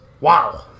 Wow